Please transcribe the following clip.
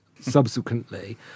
subsequently